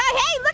hey, look